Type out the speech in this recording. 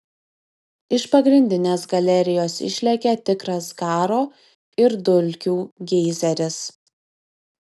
iš pagrindinės galerijos išlekia tikras garo ir dulkių geizeris